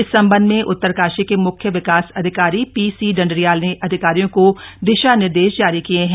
इस संबंध में उत्तरकाशी के मुख्य विकास अधिकारी पीसी डंडरियाल ने अधिकारियों को दिशा निर्देश जारी किये हैं